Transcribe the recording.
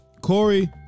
Corey